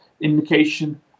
indication